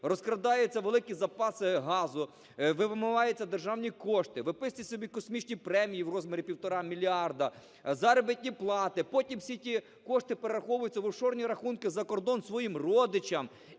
розкрадаються великі запаси газу, вимиваються державні кошти, виписують собі космічні премії в розмірі 1,5 мільярди, заробітні плати, потім ті всі кошти перераховують в офшорні рахунки за кордон своїм родичам.